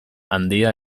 handia